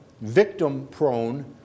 victim-prone